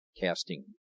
casting